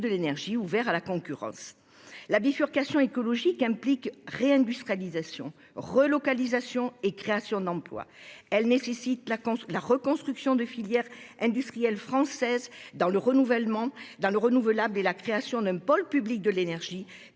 de l'énergie, ouvert à la concurrence. La bifurcation écologique implique une réindustrialisation, des relocalisations et des créations d'emplois. Elle nécessite la reconstruction de filières industrielles françaises dans le renouvelable et la création d'un pôle public de l'énergie,